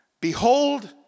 behold